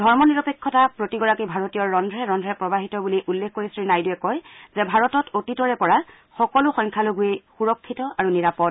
ধৰ্মনিৰপেক্ষতা প্ৰতিগৰাকী ভাৰতীয়ৰ ৰদ্ৰে প্ৰৱাহিত বুলি উল্লেখ কৰি শ্ৰীনাইডুৰে কয় যে ভাৰতত অতীতৰে পৰা সকলো সংখ্যালঘূৱে সূৰক্ষিত আৰু নিৰাপদ